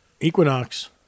Equinox